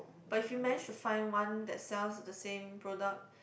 but if you manage to find one that sells the same product